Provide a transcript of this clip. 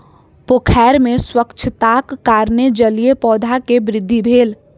पोखैर में स्वच्छताक कारणेँ जलीय पौधा के वृद्धि भेल